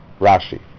Rashi